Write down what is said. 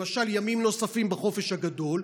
למשל ימים נוספים בחופש הגדול,